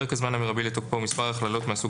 פרק הזמן המרבי לתוקפו ומספר ההכללות מהסוג